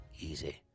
easy